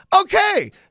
okay